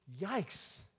Yikes